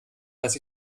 was